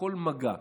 בכל מגע.